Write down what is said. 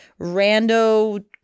rando